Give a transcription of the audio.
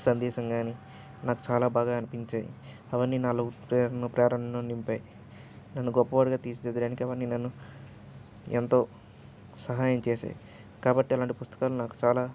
సందేశం కానీ నాకు చాలా బాగా అనిపించాయి అవన్నీ నాలో ప్రేరణను ప్రేరణను నింపాయి నన్ను గొప్పవాడిగా తీర్చిదిద్దడానికి అవన్నీ నన్ను ఎంతో సహాయం చేశాయి కాబట్టి అలాంటి పుస్తకాలు నాకు చాలా